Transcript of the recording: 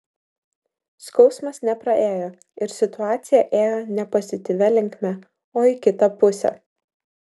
skausmas nepraėjo ir situacija ėjo ne pozityvia linkme o į kitą pusę